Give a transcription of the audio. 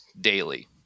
daily